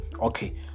Okay